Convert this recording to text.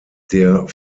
der